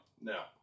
No